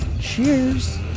Cheers